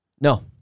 No